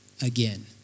Again